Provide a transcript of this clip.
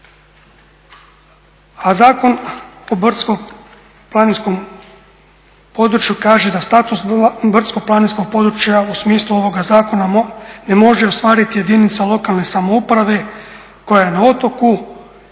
A Zakon o brdsko-planinskom području kaže da status brdsko-planinskog područja u smislu ovoga zakona ne može ostvariti jedinica lokalne samouprave koja je na otoku